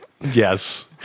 Yes